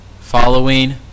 following